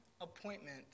appointment